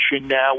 now